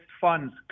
funds